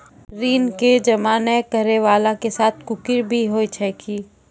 ऋण के जमा नै करैय वाला के साथ कुर्की भी होय छै कि?